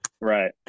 Right